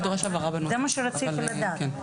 יכול להיות שהערכת המסוכנות היא נמוכה.